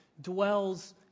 dwells